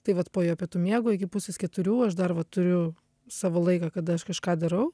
tai vat po jo pietų miego iki pusės keturių aš dar va turiu savo laiką kada aš kažką darau